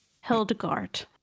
Hildegard